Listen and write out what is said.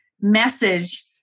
message